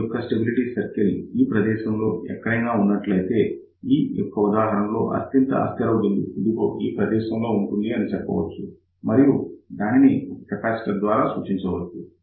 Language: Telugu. ఈ స్టెబిలిటీ సర్కిల్ ఈ ప్రదేశంలో ఎక్కడైనా ఉన్నట్లయితే ఈ ఉదాహరణ లో అత్యంత అస్థిర బిందువు ఇక్కడ ఈ ప్రదేశంలో ఉంటుంది అని చెప్పవచ్చు మరియు దానిని ఒక కెపాసిటర్ ద్వారా సూచించవచ్చు